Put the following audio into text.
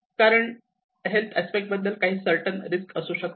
कारण हेल्थ अस्पेक्ट बद्दल काही सर्टन रिस्क असू शकतात